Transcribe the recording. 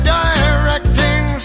directing